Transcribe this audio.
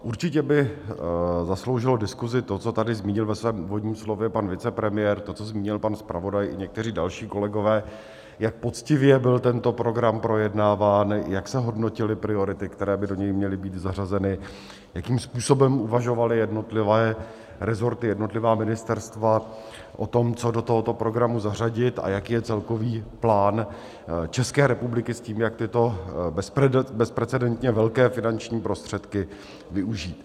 Určitě by zasloužilo diskusi to, co tady zmínil ve svém úvodním slově pan vicepremiér, to, co zmínil pan zpravodaj i někteří další kolegové, jak poctivě byl tento program projednáván, jak se hodnotily priority, které by do něj měly být zařazeny, jakým způsobem uvažovaly jednotlivé resorty, jednotlivá ministerstva o tom, co do tohoto programu zařadit, a jaký je celkový plán České republiky s tím, jak tyto bezprecedentně velké finanční prostředky využít.